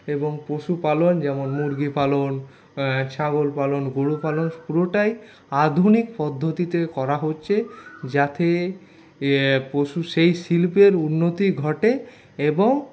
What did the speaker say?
এবং পশুপালন যেমন মুরগি পালন ছাগল পালন গরু পালন পুরোটাই আধুনিক পদ্ধতিতে করা হচ্ছে যাতে পশু সেই শিল্পের উন্নতি ঘটে এবং